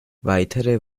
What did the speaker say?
weitere